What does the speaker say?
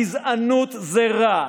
גזענות זה רע,